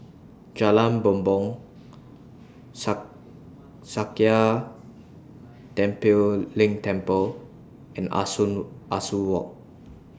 Jalan Bumbong Sakya Tenphel Ling Temple and Ah Soo Walk